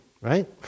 right